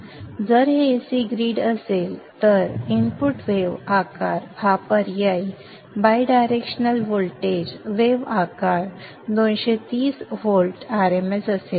जर ते AC grid असेल तर इनपुट वेव्ह आकार हा पर्यायी बायडायरेक्शनल व्होल्टेज वेव्ह आकार 230 व्होल्ट rms असेल